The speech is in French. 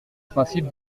principe